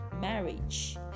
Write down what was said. marriage